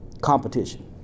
competition